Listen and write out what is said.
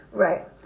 right